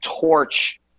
torch